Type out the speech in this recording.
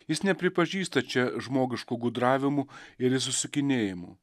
jis nepripažįsta čia žmogiškų gudravimų ir išsisukinėjimų